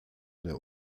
der